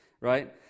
right